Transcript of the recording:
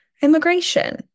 immigration